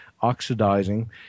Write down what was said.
oxidizing